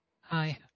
Hi